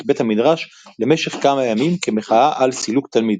בית המדרש למשך כמה ימים כמחאה על סילוק תלמיד.